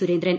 Surendran